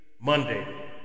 Monday